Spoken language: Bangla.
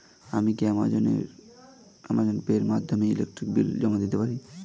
আমি কি অ্যামাজন পে এর মাধ্যমে ইলেকট্রিক বিল জমা দিতে পারি?